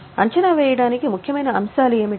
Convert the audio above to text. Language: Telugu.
అంచనా వేయడానికి ముఖ్యమైన అంశాలు ఏమిటి